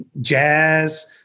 jazz